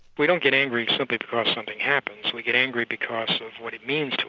we don't get angry simply because something happens, we get angry because of what it means to